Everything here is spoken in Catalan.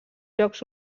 jocs